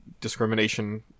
discrimination